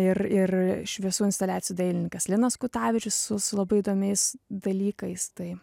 ir ir šviesų instaliacijų dailininkas linas kutavičius su su labai įdomiais dalykais tai